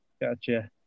Gotcha